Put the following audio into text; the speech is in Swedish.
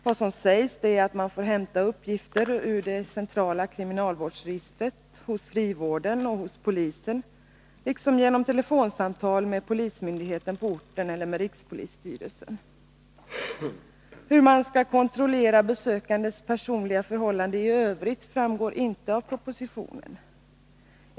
Vad som sägs är att man får hämta uppgifter ur det centrala kriminalvårdsregistret, hos frivården och hos polisen liksom genom telefonsamtal med polismyndigheten på orten eller med rikspolisstyrelsen. Hur man skall kontrollera besökandes personliga förhållanden i övrigt framgår inte av propositionen.